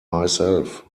myself